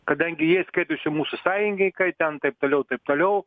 kadangi jie skaitosi mūsų sąjungininkai ten taip toliau ir taip toliau